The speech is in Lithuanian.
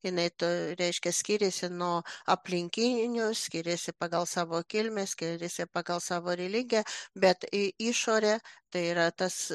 jinai tai reiškia skiriasi nuo aplinkinių skiriasi pagal savo kilmę skiriasi pagal savo religiją bet ė išorė tai yra tas